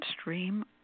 stream